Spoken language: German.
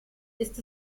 ist